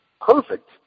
perfect